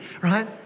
right